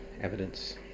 evidence